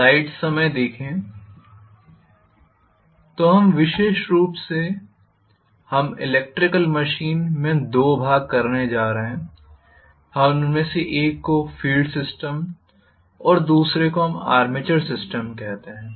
तो विशेष रूप से हम इलेक्ट्रिकल मशीन में दो भाग करने जा रहे हैं हम उनमें से एक को फील्ड सिस्टम और दूसरे को हम आर्मेचर सिस्टम कहते हैं